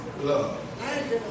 love